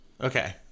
Okay